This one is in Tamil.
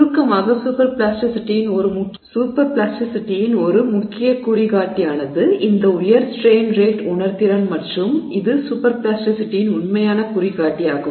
சுருக்கமாக சூப்பர் பிளாஸ்டிசிட்டியின் ஒரு முக்கிய குறிகாட்டியானது இந்த உயர் ஸ்ட்ரெய்ன் ரேட் உணர்திறன் மற்றும் இது சூப்பர் பிளாஸ்டிசிட்டியின் உண்மையான குறிகாட்டியாகும்